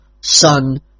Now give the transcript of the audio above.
Son